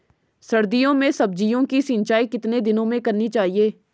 सर्दियों में सब्जियों की सिंचाई कितने दिनों में करनी चाहिए?